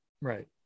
Right